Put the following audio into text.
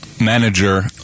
Manager